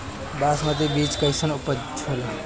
बासमती बीज कईसन उपज होला?